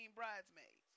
bridesmaids